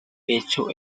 hecho